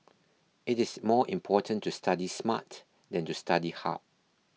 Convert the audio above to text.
it is more important to study smart than to study hard